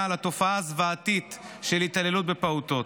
לתופעה הזוועתית של התעללות בפעוטות.